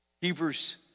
Hebrews